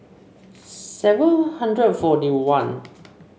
seven hundred forty one